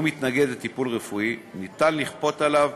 מתנגד לטיפול רפואי ניתן לכפות עליו